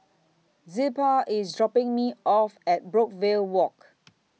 Zilpah IS dropping Me off At Brookvale Walk